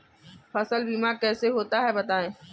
फसल बीमा कैसे होता है बताएँ?